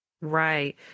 Right